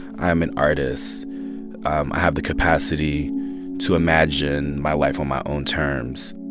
i'm an artist. um i have the capacity to imagine my life on my own terms